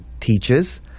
teaches